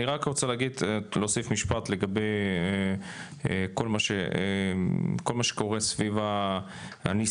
אני רק רוצה להוסיף משפט לגבי כל מה שקורה סביב הניסיונות